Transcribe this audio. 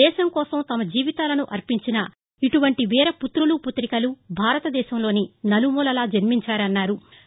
దేశం కోసం తమ జీవితాలను అర్పించిన ఇటువంటి వీర పుతులు పుతికలు భారతదేశంలోని నలుమూలలా జన్మించారన్నారు